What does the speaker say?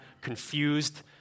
confused